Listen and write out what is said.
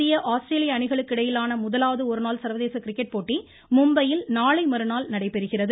இந்திய ஆஸ்திரேலிய அணிகளுக்கு இடையிலான முதலாவது ஒருநாள் சர்வதேச கிரிக்கெட் போட்டி மும்பையில் நாளை மறுநாள் நடைபெறுகிறது